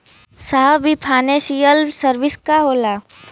साहब इ financial service का होला?